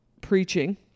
preaching